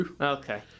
Okay